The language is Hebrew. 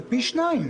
זה פי שניים.